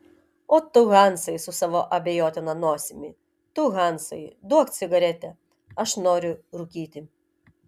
o tu hansai su savo abejotina nosimi tu hansai duok cigaretę aš noriu rūkyti